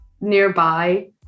nearby